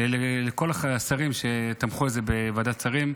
ולכל השרים שתמכו בזה בוועדת שרים.